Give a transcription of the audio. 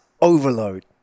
overload